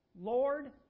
Lord